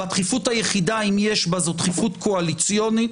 והדחיפות היחידה אם יש בה זו דחיפות קואליציונית.